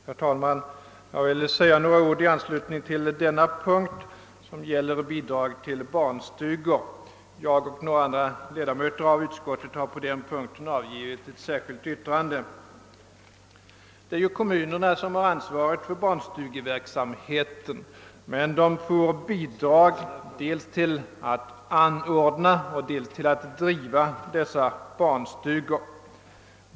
Herr talman! Jag har tillsammans med några andra ledamöter av utskottet avgivit ett särskilt yttrande beträffande den punkt vi nu skall diskutera, och jag vill därför säga några ord. Kommunerna har ju ansvaret för barnstugeverksamheten, men får bidrag till att anordna och att driva barnstugor.